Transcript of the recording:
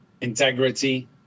integrity